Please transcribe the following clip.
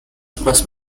class